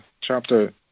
chapter